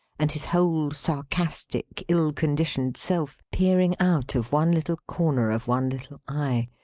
and his whole sarcastic ill-conditioned self peering out of one little corner of one little eye,